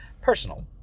Personal